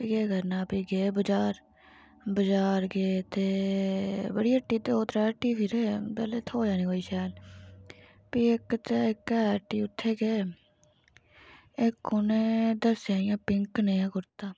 केह् करना भी गे बजार बजार गे ते बड़ी हट्टी दो त्रै हट्टियें फिरे पैह्लें थ्होएआ निं कोई शैल भी इक च इक है हट्टी उत्थै गे इक उ'न्नै दस्सेआ इ'यां पिंक नेहा कुरता